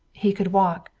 he could walk.